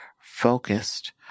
focused